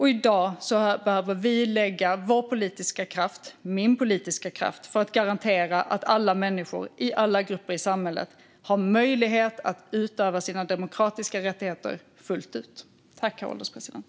I dag behöver vi lägga vår politiska kraft - och jag min - på att garantera att alla människor i alla grupper i samhället har möjlighet att utöva sina demokratiska rättigheter fullt ut.